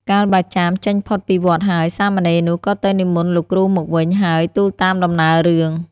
កាលបើចាមចេញផុតពីវត្តហើយ សាមណេរនោះក៏ទៅនិមន្តលោកគ្រូមកវិញ ហើយទូលតាមដំណើររឿង។